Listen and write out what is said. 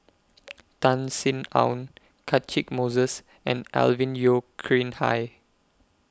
Tan Sin Aun Catchick Moses and Alvin Yeo Khirn Hai